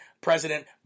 president